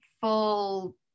full